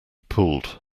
pulled